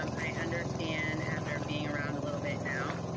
um i understand, after being around a little bit now,